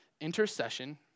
intercession